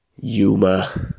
Yuma